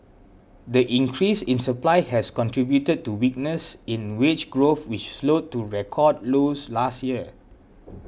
the increase in supply has contributed to weakness in wage growth which slowed to record lows last year